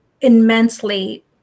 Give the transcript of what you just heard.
immensely